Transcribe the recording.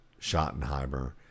Schottenheimer